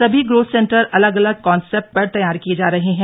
सभी growth centre अलग अलग कॉन्सेप्ट पर तैयार किये जा रहे हैं